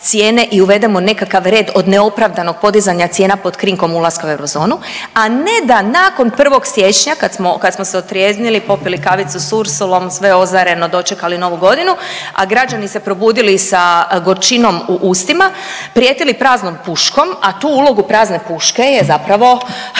i uvedemo nekakav red od neopravdanog podizanja cijena pod krinkom ulaska u euro zonu, a ne da nakon 1. siječnja kada smo se otrijeznili, popili kavicu s Ursulom, sve ozareno dočekali Novu godinu a građani se probudili sa gorčinom u ustima, prijetili praznom puškom, a tu ulogu prazne puške je zapravo